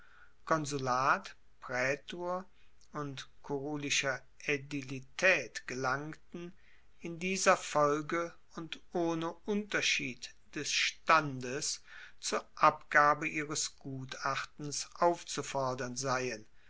konsulat praetur und kurulischer aedilitaet gelangten in dieser folge und ohne unterschied des standes zur abgabe ihres gutachtens aufzufordern seien